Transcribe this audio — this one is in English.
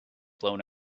blown